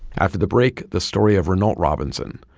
after the break, the story of renault robinson,